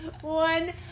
One